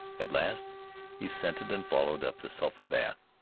at last he scented and followed up the sulphur-bath.